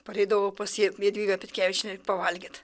pareidavau pas jadvygą petkevičienę pavalgyt